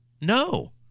No